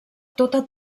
tota